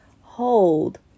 hold